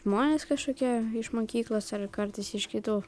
žmonės kažkokie iš mokyklos ar kartais iš kitų